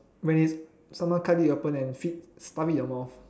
when it someone cut it open and feed stuff it in your mouth